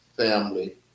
Family